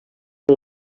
del